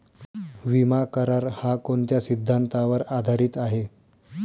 विमा करार, हा कोणत्या सिद्धांतावर आधारीत आहे?